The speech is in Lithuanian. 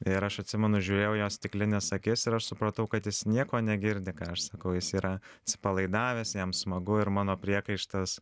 ir aš atsimenu žiūrėjau į jo stiklines akis ir aš supratau kad jis nieko negirdi ką aš sakau jis yra atsipalaidavęs jam smagu ir mano priekaištas